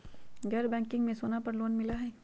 गैर बैंकिंग में सोना पर लोन मिलहई?